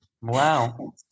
Wow